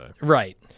Right